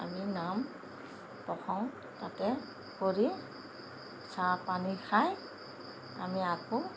আমি নাম প্ৰসংগ তাতে কৰি চাহপানী খাই আমি আকৌ